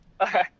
Okay